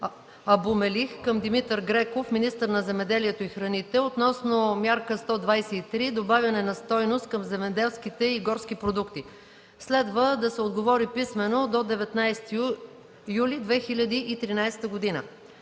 към Димитър Греков – министър на земеделието и храните, относно Мярка 123 – „Добавяне на стойност към земеделските и горски продукти”. Следва да се отговори писмено до 19 юли 2013 г.;